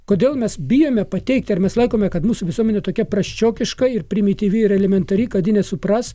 kodėl mes bijome pateikti ar mes laikome kad mūsų visuomenė tokia prasčiokiška ir primityvi ir elementari kad ji nesupras